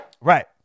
Right